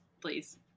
please